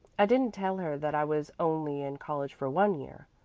i didn't tell her that i was only in college for one year.